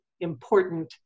important